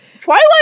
twilight